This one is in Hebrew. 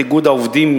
את איגוד העובדים,